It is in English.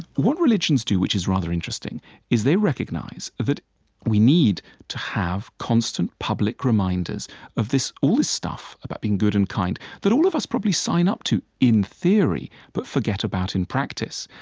what religions do which is rather interesting is they recognize that we need to have constant public reminders of all this stuff about being good and kind that all of us probably sign up to in theory but forget about in practice.